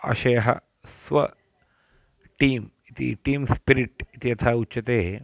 अशयः स्व टीम् इति team spirit इति यथा उच्यते